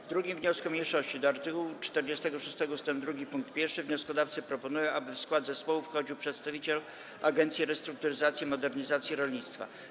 W 2. wniosku mniejszości do art. 46 ust. 2 pkt 1 wnioskodawcy proponują, aby w skład zespołu wchodził przedstawiciel Agencji Restrukturyzacji i Modernizacji Rolnictwa.